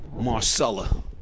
Marcella